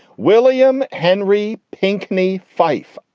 william henry pinkney, fife,